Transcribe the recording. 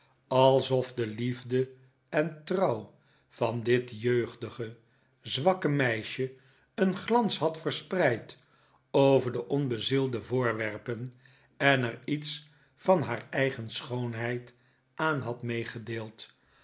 alsof de liefde en trouw van dit jeugdige zwakke meisje een glans had verspreid over de onbezielde voorwerpen en er iets van haar eigen schoonheid aan had meegedeeld